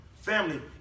Family